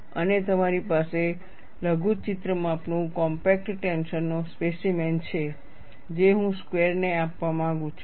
અને તમારી પાસે લઘુચિત્ર માપનું કોમ્પેક્ટ ટેન્શનનો સ્પેસીમેન છે જે હું સ્ક્વેરને આપવા માંગુ છું